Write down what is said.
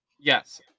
Yes